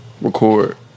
record